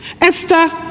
Esther